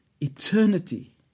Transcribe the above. eternity